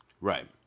Right